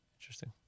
Interesting